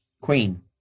Queen